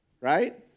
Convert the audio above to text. Right